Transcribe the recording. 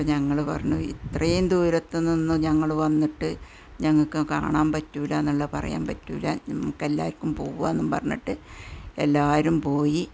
അപ്പോൾ ഞങ്ങൾ പറഞ്ഞു ഇത്രയും ദൂരത്തുനിന്നു ഞങ്ങൾ വന്നിട്ട് ഞങ്ങള്ക്ക് കാണാന് പറ്റില്ല എന്ന് പറയാന് പറ്റില്ല നമുക്കെല്ലാവര്ക്കും പോകാമെന്നു പറഞ്ഞിട്ട് എല്ലാവരും പോയി